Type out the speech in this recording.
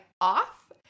off